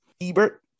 Ebert